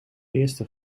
eerste